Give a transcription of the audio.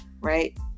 right